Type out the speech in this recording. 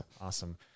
awesome